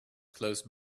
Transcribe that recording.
close